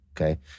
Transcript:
okay